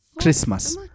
Christmas